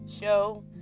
show